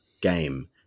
game